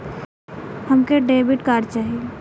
हमके debit card चाही?